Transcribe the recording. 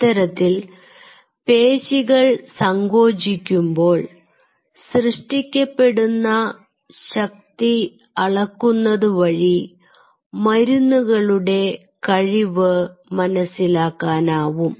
ഇത്തരത്തിൽ പേശികൾ സങ്കോചിക്കുമ്പോൾ സൃഷ്ടിക്കപ്പെടുന്ന ശക്തി അളക്കുന്നത് വഴി മരുന്നുകളുടെ കഴിവ് മനസ്സിലാക്കാനാവും